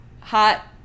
hot